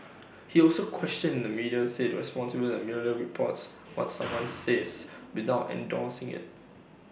he also questioned the media if IT merely reports what someone says without endorsing IT